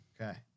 Okay